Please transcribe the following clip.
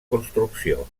construcció